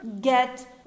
get